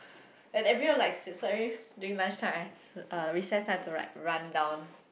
and everyone likes this so I mean during lunchtime recess time I have to like run down